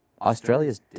Australia's